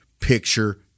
picture